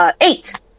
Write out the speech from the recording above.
Eight